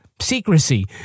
secrecy